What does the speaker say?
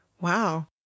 Wow